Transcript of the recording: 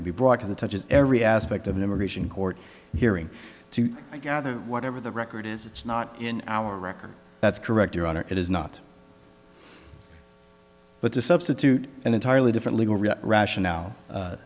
to be brought to the touches every aspect of an immigration court hearing to gather whatever the record is it's not in our record that's correct your honor it is not but to substitute an entirely different legal rationale